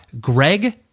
greg